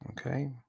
Okay